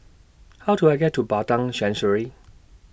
How Do I get to Padang Chancery